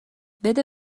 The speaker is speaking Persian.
بده